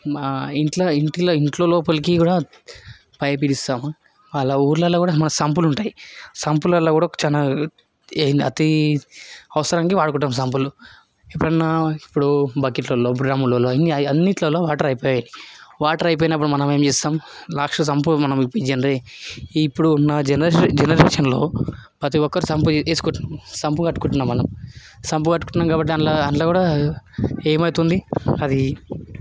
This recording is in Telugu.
మా ఇంట్లో ఇంట్లో ఇంటి లోపలికి కూడా పైపు విడుస్తాము అలా ఊర్లలో కూడా మన సంపులు ఉంటాయి సంపులలో కూడా చాలా అవసరానికి వాడుకుంటాం సంపులు ఎప్పుడైనా ఇప్పుడు బకెట్లలో డ్రమ్ములలో అన్ని అవన్నీ అన్నిట్లలో వాటర్ అయిపోయినాయి వాటర్ అయిపోయినప్పుడు మనం ఏం చేస్తాం లాస్ట్ సంపు మనం ఇప్పుడు ఉన్న జనరేషన్ జనరేషన్లో ప్రతి ఒక్కరు సంపు వేసుకుంటున్నారు సంపు కట్టుకుంటున్నాం మనం సంపు కట్టుకున్నాక అందులో అందులో కూడా ఏమైతుంది అది